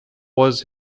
was